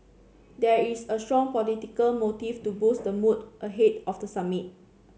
there is a strong political motive to boost the mood ahead of the summit